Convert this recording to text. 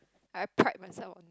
I pride myself